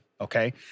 okay